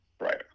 right